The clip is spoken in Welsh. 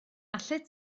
allet